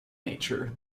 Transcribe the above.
nature